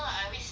got meh